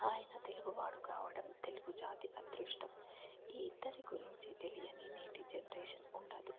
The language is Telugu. ఆయన తెలుగువాడు కావడం తెలుగు జాతి అదృష్టం ఈ ఇద్దరి గురించి తెలియని నేటి జనరేషన్ ఉండదు